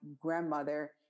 grandmother